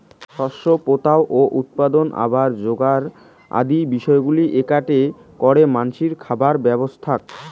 শস্য পোতা ও উৎপাদন, আবাদ যোগার আদি বিষয়গুলা এ্যাকেটে করে মানষির খাবার ব্যবস্থাক